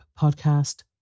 podcast